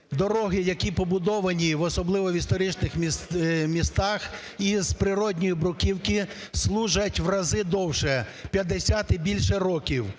дороги, які побудовані, особливо в історичних містах, із природньої бруківки служать в рази довше – в 50 і більше років,